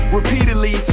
repeatedly